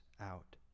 out